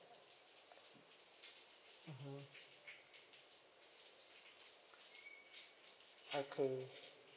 mmhmm okay